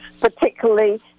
particularly